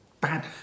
bad